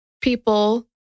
people